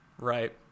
right